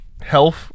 health